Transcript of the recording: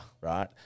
Right